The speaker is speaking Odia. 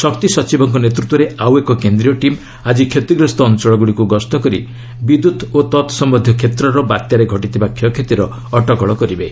ଶକ୍ତି ସଚିବଙ୍କ ନେତୃତ୍ୱରେ ଆଉ ଏକ କେନ୍ଦ୍ରୀୟ ଟିମ୍ ଆକି କ୍ଷତିଗ୍ରସ୍ତ ଅଞ୍ଚଳଗ୍ରଡ଼ିକୃ ଗସ୍ତ କରି ବିଦ୍ୟୁତ୍ ଓ ତତ୍ସମ୍ୟନ୍ଧୀୟ କ୍ଷେତ୍ରର ବାତ୍ୟାରେ ଘଟିଥିବା କ୍ଷୟକ୍ଷତିର ଅଟକଳ କରିବେ